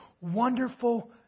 wonderful